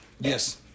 Yes